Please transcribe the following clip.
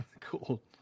Cool